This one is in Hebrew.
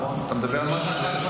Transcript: אתה מדבר על משהו,